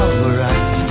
Alright